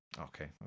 Okay